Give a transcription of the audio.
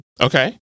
Okay